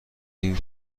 این